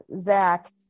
Zach